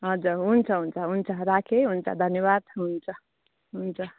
हजुर हुन्छ हुन्छ हुन्छ राखे है हुन्छ धन्यवाद हुन्छ हुन्छ